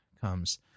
comes